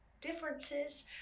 differences